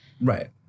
Right